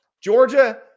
Georgia